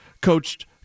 coached